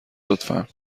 لطفا